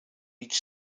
each